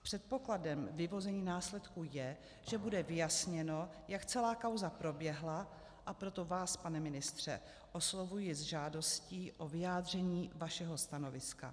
Předpokladem vyvození následků je, že bude vyjasněno, jak celá kauza proběhla, a proto vás, pane ministře, oslovuji s žádostí o vyjádření vašeho stanoviska.